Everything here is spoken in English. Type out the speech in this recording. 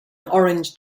orange